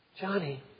Johnny